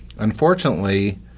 Unfortunately